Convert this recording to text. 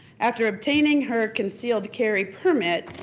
after obtaining her concealed carry permit,